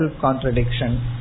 contradiction